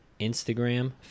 Instagram